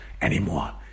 anymore